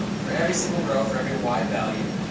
um for every single row for every y value,